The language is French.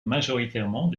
majoritairement